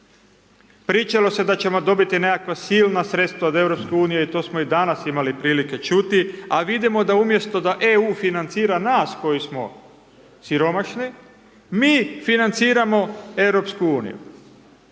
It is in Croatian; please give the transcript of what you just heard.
Pričalo se da ćemo dobiti nekakva silna sredstva od Europske unije i to smo i danas imali prilike čuti, a vidimo da umjesto da EU financira nas koji smo siromašne, mi financiramo